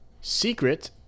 secret